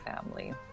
family